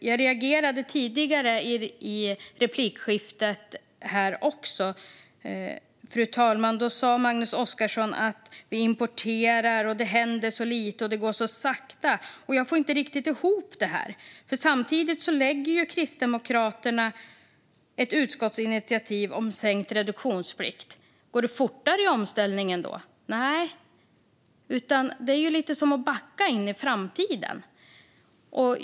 Jag reagerade på ett tidigare replikskifte, fru talman, då Magnus Oscarsson sa att vi importerar, att det händer så lite och att det går så sakta. Jag får inte riktigt ihop detta, för samtidigt föreslår Kristdemokraterna ett utskottsinitiativ om sänkt reduktionsplikt. Går det fortare i omställningen då? Nej. Det är ju lite som att backa in i framtiden.